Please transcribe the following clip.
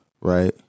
right